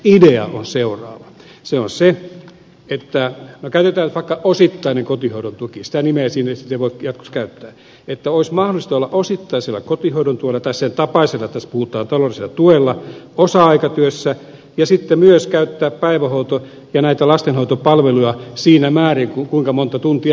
idea on se no käytetään nyt vaikka termiä osittainen kotihoidon tuki sitä nimeä siinä ei sitten voi jatkossa käyttää että olisi mahdollista olla osittaisella kotihoidon tuella tai sen tapaisella tässä puhutaan taloudellisesta tuesta osa aikatyössä ja sitten myös käyttää päivähoito ja lastenhoitopalveluja siinä määrin kuinka monta tuntia tarvitsee